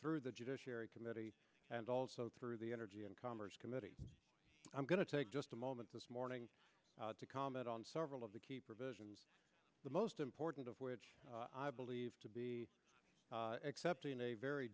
through the judiciary committee and also through the energy and commerce committee i'm going to take just a moment this morning to comment on several of the key provisions the most important of which i believe to be excepting a very